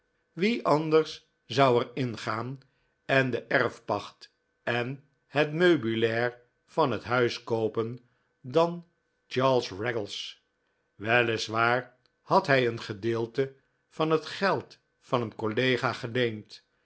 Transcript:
wie anders zou er in gaan en de erfpacht en het meubilair van het huis koopen dan charles raggles weliswaar had hij een gedeelte van het geld van een collega